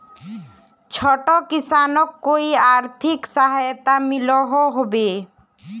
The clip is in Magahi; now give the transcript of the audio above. छोटो किसानोक कोई आर्थिक सहायता मिलोहो होबे?